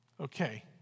Okay